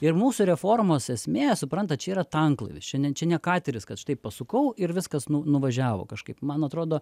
ir mūsų reformos esmė suprantat čia yra tanklaivis čia ne čia ne kateris kad štai pasukau ir viskas nu nuvažiavo kažkaip man atrodo